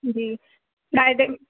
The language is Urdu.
جی فرائیڈے